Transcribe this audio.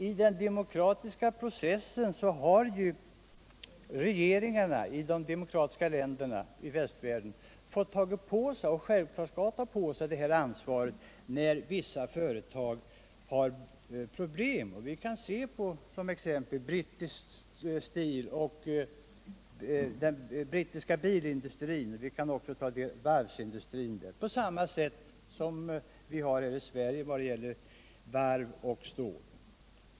I den demokratiska processen har ju regeringarna i de demokratiska länderna i västvärlden fått ta på sig ett ansvar — och självklart skall de göra det — när vissa företag haft problem. Vi kan här se så exempelvis den brittiska stål-, bil och varvsindustrin, där förhållandena är jämförbara med dem här i Sverige vad gäller varven och stålet.